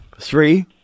Three